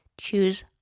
Choose